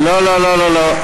לא לא לא לא,